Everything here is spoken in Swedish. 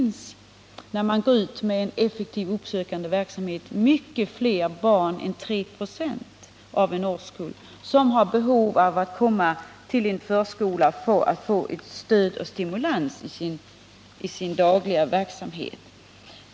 När man går ut med en effektiv uppsökande verksamhet finner man att det handlar om många fler barn än de 3 96 som angivits som har behov av att få komma till en förskola och få stöd och stimulans i sin dagliga tillvaro.